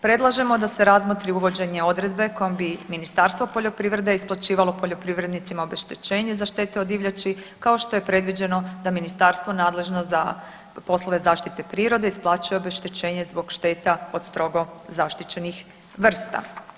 Predlažemo da se razmotri uvođenje odredbe kojom bi Ministarstvo poljoprivrede isplaćivalo poljoprivrednicima obeštećenje za štete od divljači kao što je predviđeno da ministarstvo nadležno za poslove zaštite prirode isplaćuje obeštećenje zbog šteta od strogo zaštićenih vrsta.